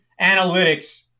analytics